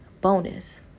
bonus